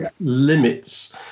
limits